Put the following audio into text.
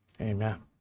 Amen